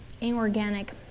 inorganic